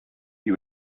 you